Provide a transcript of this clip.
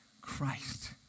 Christ